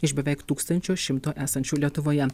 iš beveik tūkstančio šimto esančių lietuvoje